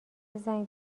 زنگ